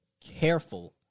careful